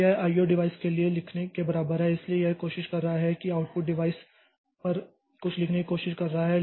तो यह IO device के लिए लिखने के बराबर है इसलिए यह कोशिश कर रहा है कि आउटपुट डिवाइस पर कुछ लिखने की कोशिश कर रहा है